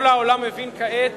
כל העולם הבין כעת